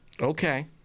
Okay